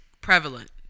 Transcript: prevalent